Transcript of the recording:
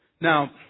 Now